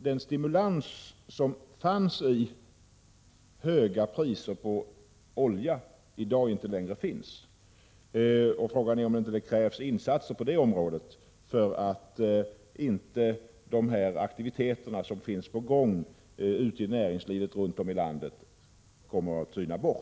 den stimulans som fanns i höga priser på olja i dag inte längre finns. Frågan är om det inte krävs insatser på det området för att de aktiviteter som är på gång ute i näringslivet runt om i landet inte skall tyna bort.